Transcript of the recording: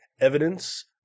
evidence